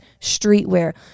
streetwear